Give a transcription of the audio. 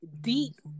deep